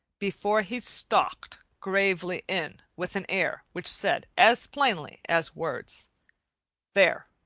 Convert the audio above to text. before he stalked gravely in with an air which said as plainly as words there,